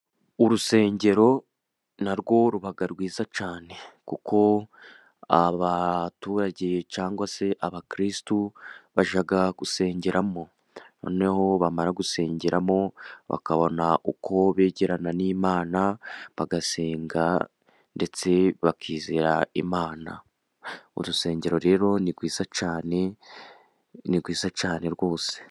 Urusengero na rwo ruba rwiza cyane, kuko abaturage cyangwa se abakrisitu bajya gusengeramo, noneho bamara gusengeramo bakabona uko begerana n'imana, bagasenga ndetse bakizera imana, urusengero rero ni rwiza cyane ni rwiza cyane rwose.